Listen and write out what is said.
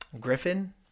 Griffin